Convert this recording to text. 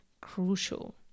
crucial